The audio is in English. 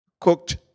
Cooked